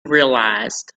realized